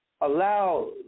Allow